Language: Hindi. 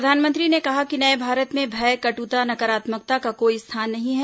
प्रधानमंत्री ने कहा कि नए भारत में भय कट्ता नकारात्मकता का कोई स्थान नहीं है